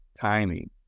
timing